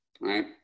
right